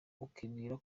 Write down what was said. ukibwira